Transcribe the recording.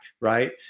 right